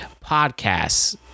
podcasts